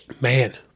man